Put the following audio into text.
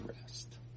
rest